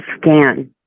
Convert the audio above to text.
scan